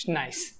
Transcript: nice